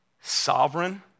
Sovereign